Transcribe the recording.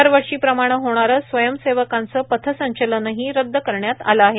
दरवर्षीप्रमाणे होणारे स्वयंसेवकांचे पथसंचलनही रदद करण्यात आले आहे